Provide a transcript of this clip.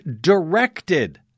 directed